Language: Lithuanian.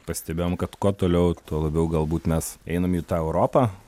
pastebėjom kad kuo toliau tuo labiau galbūt mes einam į tą europą